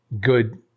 good